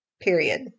period